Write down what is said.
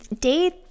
day